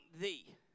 thee